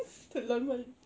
mm keterlaluan